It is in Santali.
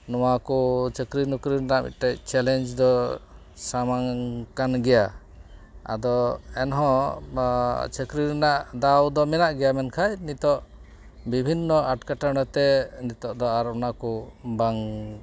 ᱱᱚᱣᱟ ᱠᱚ ᱪᱟᱹᱠᱨᱤ ᱱᱚᱠᱨᱤ ᱨᱮᱱᱟᱜ ᱢᱤᱫᱴᱮᱡ ᱪᱮᱞᱮᱧᱡᱽ ᱫᱚ ᱥᱟᱢᱟᱝ ᱠᱟᱱᱜᱮᱭᱟ ᱟᱫᱚ ᱮᱱᱦᱚᱸ ᱪᱟᱹᱠᱨᱤ ᱨᱮᱱᱟᱜ ᱫᱟᱣ ᱫᱚ ᱢᱮᱱᱟᱜ ᱜᱮᱭᱟ ᱢᱮᱱᱠᱷᱟᱡ ᱱᱤᱛᱚᱜ ᱵᱤᱵᱷᱤᱱᱱᱚ ᱮᱴᱠᱮ ᱴᱚᱲᱮᱛᱮ ᱱᱤᱛᱚᱜ ᱫᱚ ᱟᱨ ᱚᱱᱟᱠᱚ ᱵᱟᱝ